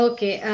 Okay